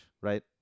right